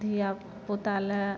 धिआपुता लए